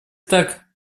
так